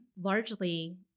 largely